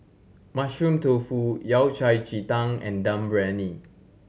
Mushroom Tofu Yao Cai ji tang and Dum Briyani